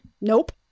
Nope